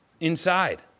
inside